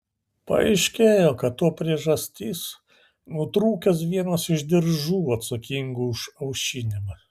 paaiškėjo kad to priežastis nutrūkęs vienas iš diržų atsakingų už aušinimą